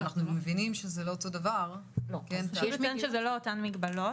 ואנחנו מבינים שזה לא אותו הדבר --- אלה לא אותן מגבלות.